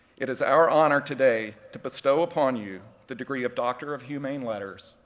it is our honor today to bestow upon you the degree of doctor of humane letters,